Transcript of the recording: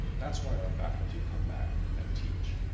that's why our faculty come back and teach.